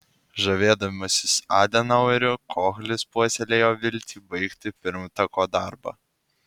žavėdamasis adenaueriu kohlis puoselėjo viltį baigti pirmtako darbą